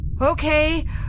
Okay